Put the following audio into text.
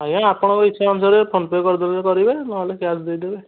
ଆଜ୍ଞା ଆପଣଙ୍କ ଇଚ୍ଛା ଅନୁସାରେ ଫୋନ୍ ପେ ଯଦି କରିଦେବେ ନହେଲେ କ୍ୟାସ୍ ଦେଇଦେବେ